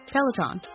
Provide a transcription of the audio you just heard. Peloton